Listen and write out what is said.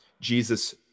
Jesus